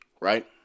right